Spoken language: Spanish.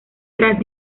tras